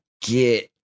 get